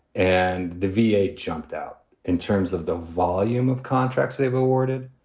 and the v a. jumped out in terms of the volume of contracts they've awarded.